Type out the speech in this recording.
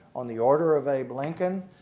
on the order of abe lincoln,